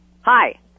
Hi